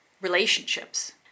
relationships